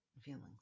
feelings